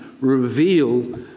reveal